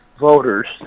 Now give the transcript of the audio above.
voters